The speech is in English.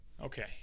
Okay